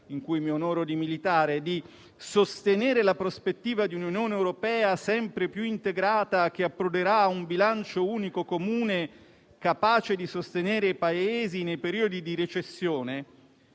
in cui mi onoro di militare) di sostenere la prospettiva di un'Unione europea sempre più integrata e che sarebbe approdata a un bilancio unico comune capace di sostenere i Paesi nei periodi di recessione,